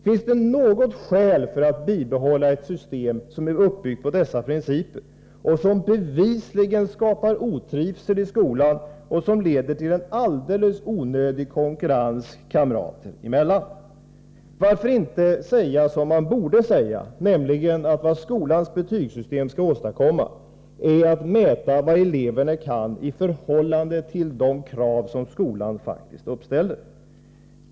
Finns det något skäl för att bibehålla ett system som är uppbyggt på denna princip och som bevisligen skapar otrivsel i skolan samt leder till en alldeles onödig konkurrens kamrater emellan? 121 Varför inte säga som man borde säga, nämligen att vad skolans betygssystem skall åstadkomma är att mäta vad eleverna kan i förhållande till de krav som skolan faktiskt ställer?